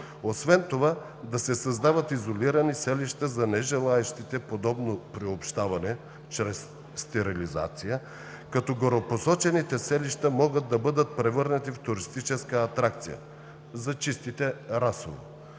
Освен това, да се създават изолирани селища за нежелаещите подобно приобщаване чрез стерилизация, като горепосочените селища могат да бъдат превърнати в туристическа атракция за чистите расово.